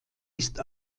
ist